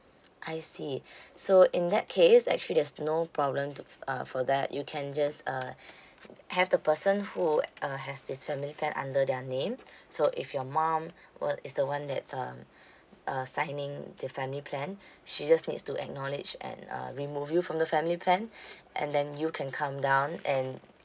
I see so in that case actually there's no problem to f~ uh for that you can just uh have the person who uh has this family plan under their name so if your mum would is the one that's uh uh signing the family plan she just needs to acknowledge and uh remove you from the family plan and then you can come down and